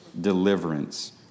deliverance